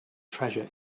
treasure